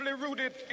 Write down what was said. rooted